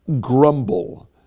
grumble